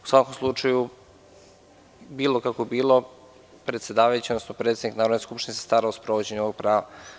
U svakom slučaju, bilo kako bilo predsedavajući, odnosno predsednik Narodne skupštine se stara o sprovođenju ovog prava.